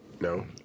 No